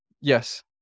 Yes